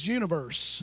universe